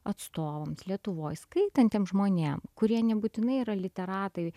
atstovams lietuvoj skaitantiems žmonėm kurie nebūtinai yra literatai